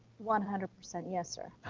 one hundred percent yes, sir.